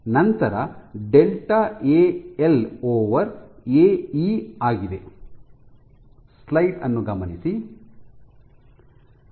ನಂತರ delta AL AE AL AE ಆಗಿದೆ